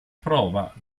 prova